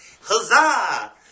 huzzah